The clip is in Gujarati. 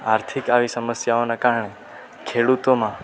આર્થિક આવી સમસ્યાઓનાં કારણે ખેડૂતોમાં